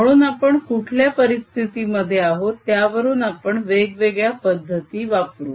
म्हणून आपण कुठल्या परिस्थिती मध्ये आहोत त्यावरून आपण वेगवेगळ्या पद्धती वापरू